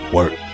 Work